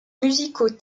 musicaux